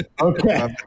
okay